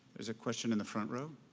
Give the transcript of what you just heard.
there's a question in the front row.